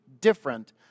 different